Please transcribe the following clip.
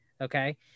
okay